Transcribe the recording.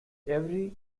every